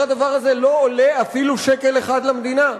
הדבר הזה לא עולה אפילו שקל אחד למדינה?